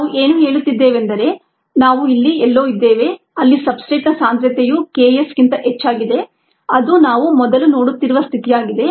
ನಾವು ಏನು ಹೇಳುತ್ತಿದ್ದೇವೆಂದರೆ ನಾವು ಇಲ್ಲಿ ಎಲ್ಲೋ ಇದ್ದೇವೆ ಅಲ್ಲಿ ಸಬ್ಸ್ಟ್ರೇಟ್ನ ಸಾಂದ್ರತೆಯು Ks ಗಿಂತ ಹೆಚ್ಚಾಗಿದೆ ಅದು ನಾವು ಮೊದಲು ನೋಡುತ್ತಿರುವ ಸ್ಥಿತಿಯಾಗಿದೆ